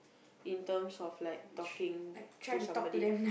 in terms of like talking to somebody